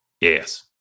Yes